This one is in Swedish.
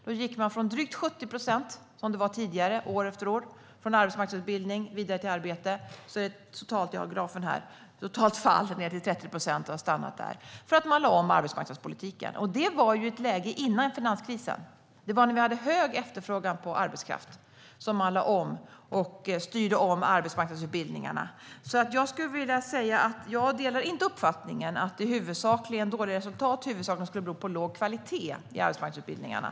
Då gick det från drygt 70 procent, som det tidigare var i år efter år när det gäller andelen som gick från arbetsmarknadsutbildning vidare till arbete - jag har grafen med mig här, så jag kan se det - till ett totalt fall ned till 30 procent, där det sedan har stannat. Detta berodde på att man lade om arbetsmarknadspolitiken, och det skedde i ett läge före finanskrisen. Det var när vi hade stor efterfrågan på arbetskraft som man lade om och styrde om arbetsmarknadsutbildningarna. Jag delar alltså inte uppfattningen att de dåliga resultaten huvudsakligen skulle bero på låg kvalitet i arbetsmarknadsutbildningarna.